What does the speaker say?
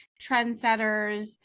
trendsetters